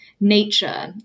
nature